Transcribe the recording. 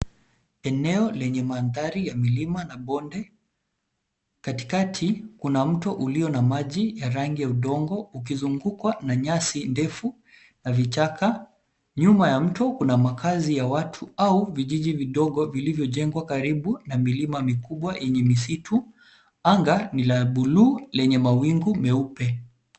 Eneo lenye mandhari ya milima na bonde. Katikati kuna mto ulio na maji ya rangi ya udongo ukizungukwa na nyasi ndefu na vichaka. Nyuma ya mto kuna makazi ya watu au vijiji vidogo vilivyojengwa karibu na milima mikubwa yenye misitu. Anga ni ya buluu lenye mawingu meupe.